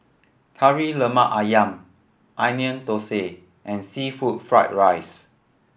Kari Lemak Ayam Onion Thosai and seafood fried rice